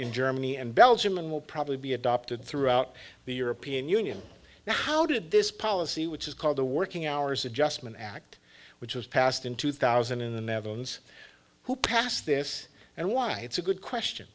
in germany and belgium and will probably be adopted throughout the european union now how did this policy which is called the working hours adjustment act which was passed in two thousand in the netherlands who passed this and why it's a good